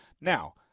now